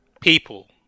People